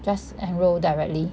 just enrol directly